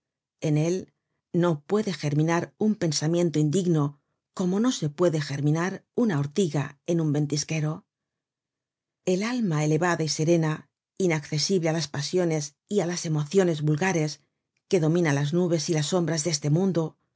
en él no puede germinar un pensamiento indigno como no puede germinar una ortiga en un ventisquero content from google book search generated at el alma elevada y serena inaccesible á las pasiones y á las emociones vulgares que domina las nubes y las sombras de este mundo